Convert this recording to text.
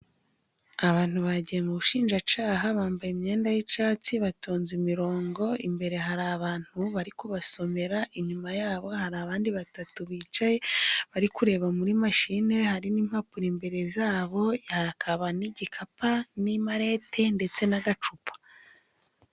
Abantu bagiye mu bushinjacaha， bambaye imyenda y'icatsi，batonze imirongo，imbere hari abantu bari kubasomera，inyuma yabo hari abandi batatu bicaye bari kureba muri mashine，hari n'impapuro imbere zabo， hakaba n'igikapa n'imarete ndetse n'agacupa.